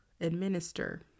administer